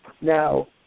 Now